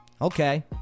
okay